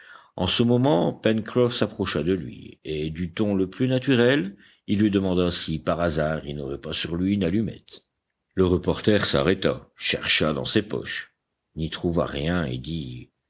en ce moment pencroff s'approcha de lui et du ton le plus naturel il lui demanda si par hasard il n'aurait pas sur lui une allumette le reporter s'arrêta chercha dans ses poches n'y trouva rien et dit